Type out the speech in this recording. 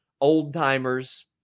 old-timers